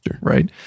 right